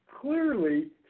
clearly